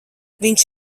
viņš